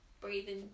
breathing